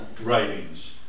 writings